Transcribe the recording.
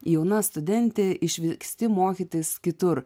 jauna studentė išvyksti mokytis kitur